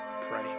Pray